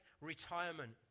retirement